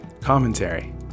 Commentary